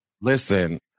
Listen